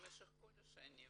במשך כל השנים,